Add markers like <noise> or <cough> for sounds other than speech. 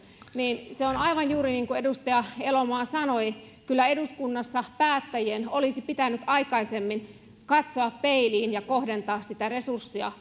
että se on aivan juuri niin kuin edustaja elomaa sanoi kyllä eduskunnassa päättäjien olisi pitänyt aikaisemmin katsoa peiliin ja kohdentaa sitä resurssia <unintelligible>